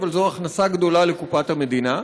אבל זאת הכנסה גדולה לקופת המדינה,